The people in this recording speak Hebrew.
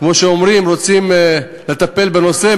כמו שאומרים: רוצים לטפל בנושא,